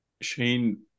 Shane